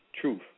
truth